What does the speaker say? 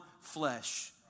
flesh